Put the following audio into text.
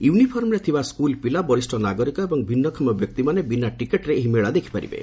ୟୁନିଫର୍ମରେ ଥିବା ସ୍କୁଲ୍ ପିଲା ବରିଷ୍ଠ ନାଗରିକ ଏବଂ ଭିନ୍ନକ୍ଷମ ବ୍ୟକ୍ତିମାନେ ବିନା ଟିକେଟ୍ରେ ଏହି ମେଳା ଦେଖିପାରିବେ